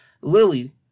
Lily